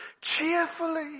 cheerfully